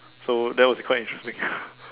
so that was quite interesting